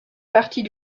partie